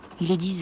little